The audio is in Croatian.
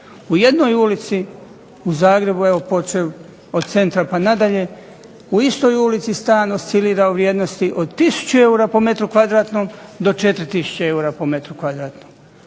u jednoj ulici u Zagrebu evo počev od centra pa na dalje u istoj ulici stan oscilira u vrijednosti od tisuću eura po metru kvadratnom do 4 tisuće eura po metru kvadratnom.